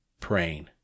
praying